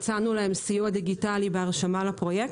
הצענו להם סיוע דיגיטלי בהרשמה לפרויקט.